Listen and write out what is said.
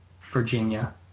Virginia